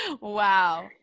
Wow